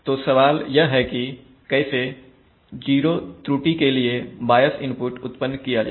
तो सवाल यह है कि कैसे 0 त्रुटि के लिए बायस इनपुट उत्पन्न किया जाए